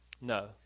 No